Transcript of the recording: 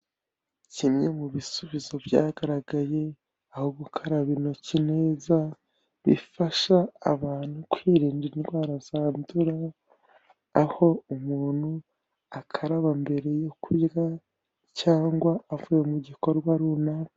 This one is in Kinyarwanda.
Kimwe mu bisubizo byagaragaye, aho gukaraba intoki neza bifasha abantu kwirinda indwara zandura, aho umuntu akaraba mbere yo kurya cyangwa avuye mu gikorwa runaka.